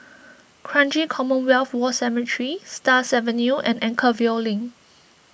Kranji Commonwealth War Cemetery Stars Avenue and Anchorvale Link